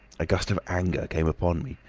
a gust of anger came upon me.